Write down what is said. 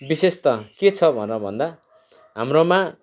विशेष त के छ भनेर भन्दा हाम्रोमा